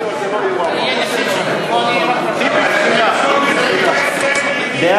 להביע אי-אמון בממשלה לא נתקבלה.